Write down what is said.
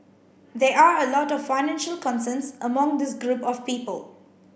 there are a lot of financial concerns among this group of people